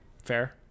Fair